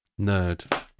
Nerd